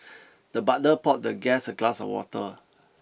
the butler poured the guest a glass of water